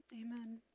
amen